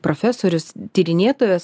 profesorius tyrinėtojas